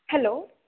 hello